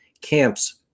camps